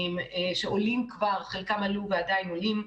שעולים כבר חלקם עלו ועדיין עולים.